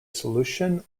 solution